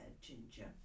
ginger